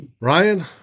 Ryan